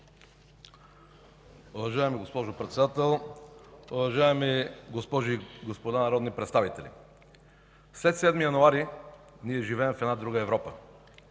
Уважаема госпожо председател, уважаеми госпожи и господа народни представители! След 7 януари ние живеем в една друга Европа.